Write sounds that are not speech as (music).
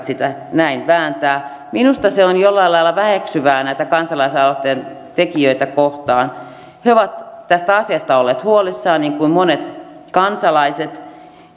(unintelligible) sitä siksi vääntää minusta se on jollain lailla väheksyvää näitä kansalaisaloitteen tekijöitä kohtaan he ovat tästä asiasta olleet huolissaan niin kuin monet kansalaiset